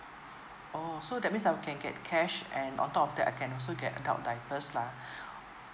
orh so that means I will can get cash and on top of that I can also get adult diapers lah